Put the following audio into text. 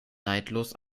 neidlos